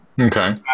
okay